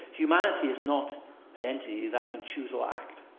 humanity is not an entity that can choose or act.